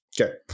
okay